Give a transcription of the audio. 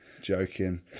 Joking